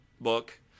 book